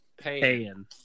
Payin